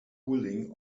cooling